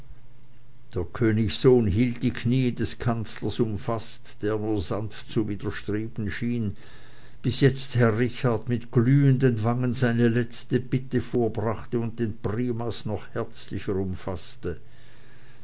der königssohn hielt die kniee des kanzlers umfaßt der nur sanft zu widerstreben schien bis jetzt herr richard mit glühenden wangen seine letzte bitte vorbrachte und den primas noch herzlicher umfaßte